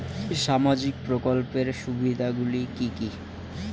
সামাজিক প্রকল্পের সুবিধাগুলি কি কি?